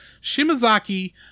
Shimazaki